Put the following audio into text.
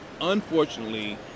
unfortunately